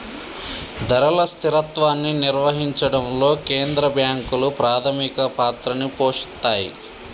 ధరల స్థిరత్వాన్ని నిర్వహించడంలో కేంద్ర బ్యాంకులు ప్రాథమిక పాత్రని పోషిత్తాయ్